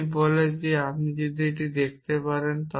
এটি বলে যে আপনি যদি দেখতে পারেন